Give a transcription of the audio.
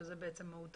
שזאת בעצם מהות